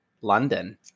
London